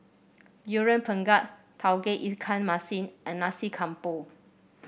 Durian Pengat Tauge Ikan Masin and Nasi Campur